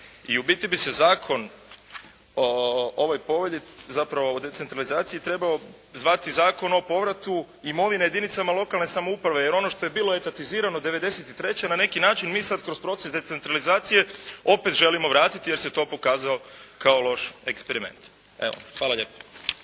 I u biti bi se zakon o ovoj povelji, zapravo o decentralizaciji trebao zvati zakon o povratu imovine jedinicama lokalne samouprave, jer ono što je bilo etatizirano 93. na neki način mi sada kroz proces decentralizacije opet želimo vratiti jer se to pokazao kao loš eksperiment. Evo, hvala lijepo.